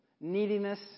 neediness